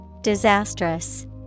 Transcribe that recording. Disastrous